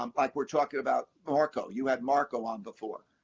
um like, we're talking about marko. you had marko on before.